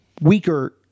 weaker